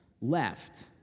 Left